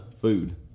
food